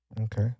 Okay